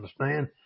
understand